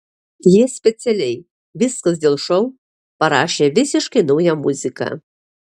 jie specialiai viskas dėl šou parašė visiškai naują muziką